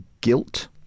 guilt